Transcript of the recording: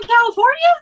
California